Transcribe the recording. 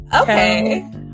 Okay